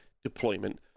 deployment